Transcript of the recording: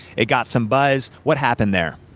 it got some buzz, what happened there?